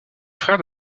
frère